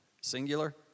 Singular